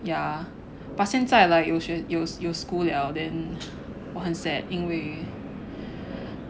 ya but 现在 like you should 有有 school 了 then 我很 sad 因为